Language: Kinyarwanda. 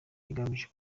ugamije